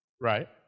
right